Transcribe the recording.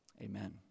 Amen